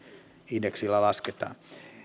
indeksillä lasketaan